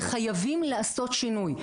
וחייבים לעשות שינוי.